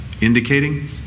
indicating